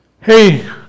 Hey